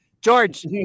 George